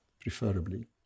preferably